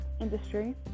industry